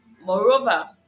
Moreover